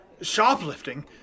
Shoplifting